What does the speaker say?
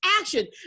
Action